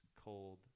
cold